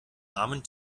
armen